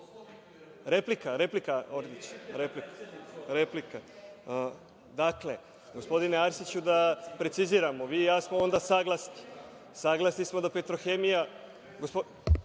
replika?)Replika, Orliću. Dakle, gospodine Arsiću, da preciziramo, vi i ja smo onda saglasni. Saglasni smo da „Petrohemija“